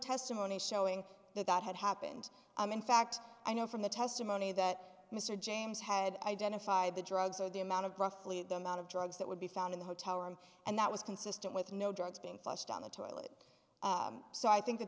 testimony showing that that had happened i'm in fact i know from the testimony that mr james had identified the drugs or the amount of roughly the amount of drugs that would be found in the hotel room and that was consistent with no drugs being flushed down the toilet so i think that